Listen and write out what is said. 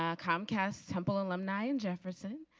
ah comcast, temple alumni and jefferson.